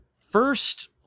First